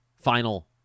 final